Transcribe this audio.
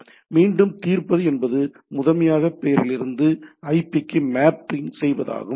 எனவே மீண்டும் தீர்ப்பது என்பது முதன்மையாக பெயரிலிருந்து ஐபிக்கு மேப்பிங் செய்வதாகும்